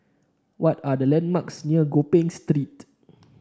what are the landmarks near Gopeng Street